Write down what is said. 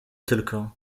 tylko